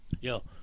Yo